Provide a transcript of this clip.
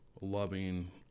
loving